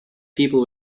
people